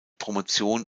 promotion